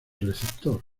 receptor